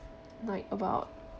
like about